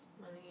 money